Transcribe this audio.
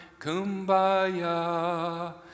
kumbaya